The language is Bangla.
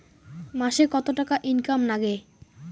মাসে কত টাকা ইনকাম নাগে?